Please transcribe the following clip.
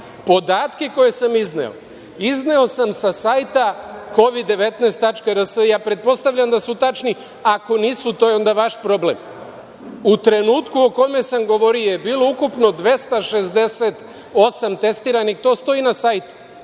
Podatke koje sam izneo, izneo sam sa sajta „covid-19.rs“. Pretpostavljam da su tačni, ako nisu, to je onda vaš problem.U trenutku o kome sam govorio je bilo ukupno 268 testiranih, to stoji na sajtu.